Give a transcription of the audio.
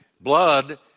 blood